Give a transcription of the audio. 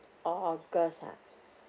oh august ah